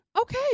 Okay